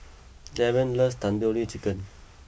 Darien loves Tandoori Chicken